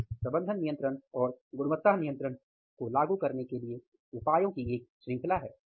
आगे प्रबंधन नियंत्रण और गुणवत्ता नियंत्रण को लागू करने के लिए उपायों की एक श्रृंखला है